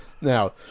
Now